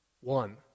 one